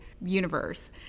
universe